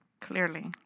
Clearly